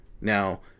Now